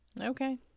Okay